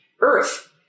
Earth